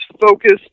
focused